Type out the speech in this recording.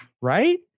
Right